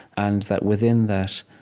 and that within that,